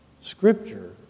Scripture